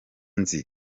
nzi